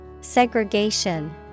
Segregation